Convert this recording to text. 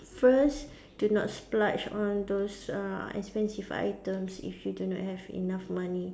first do not splurge on those uh expensive items if you do not have enough money